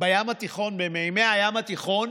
במימי הים התיכון